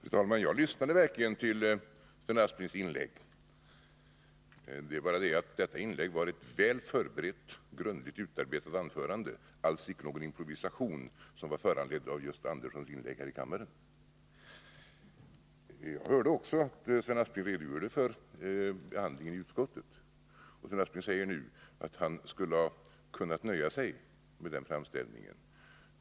Fru talman! Jag lyssnade verkligen till Sven Asplings inlägg, det är bara det att detta inlägg var ett väl förberett, grundligt utarbetat anförande, alls icke någon improvisation som var föranledd av Gösta Anderssons inlägg här i kammaren. Jag hörde också att Sven Aspling redogjorde för behandlingen i utskottet, och Sven Aspling säger nu att han skulle ha kunnat nöja sig med den framställningen.